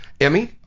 Emmy